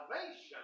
salvation